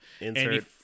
Insert